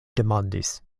demandis